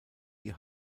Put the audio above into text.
die